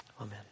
Amen